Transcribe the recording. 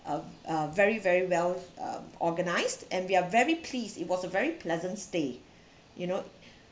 uh uh very very well uh organised and we are very pleased it was a very pleasant stay you know